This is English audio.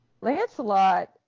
Lancelot